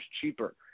cheaper